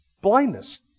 blindness